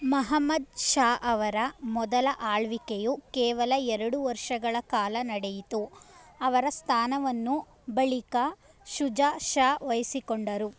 ಮಹಮದ್ ಷಾ ಅವರ ಮೊದಲ ಆಳ್ವಿಕೆಯು ಕೇವಲ ಎರಡು ವರ್ಷಗಳ ಕಾಲ ನಡೆಯಿತು ಅವರ ಸ್ಥಾನವನ್ನು ಬಳಿಕ ಶುಜಾ ಷಾ ವಹಿಸಿಕೊಂಡರು